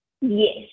Yes